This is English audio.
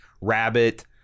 Rabbit